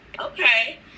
okay